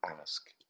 ask